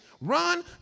Run